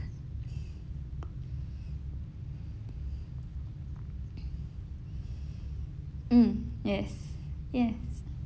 mm yes yes